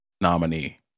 nominee